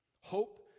Hope